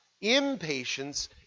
Impatience